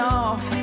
off